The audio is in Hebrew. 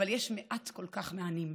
אבל יש מעט כל כך מענים.